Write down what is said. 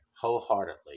wholeheartedly